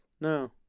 no